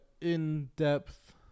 in-depth